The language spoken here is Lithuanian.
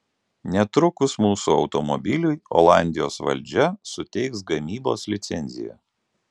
netrukus mūsų automobiliui olandijos valdžia suteiks gamybos licenciją